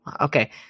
Okay